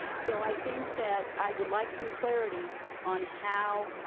so i think that i would like some clarity on how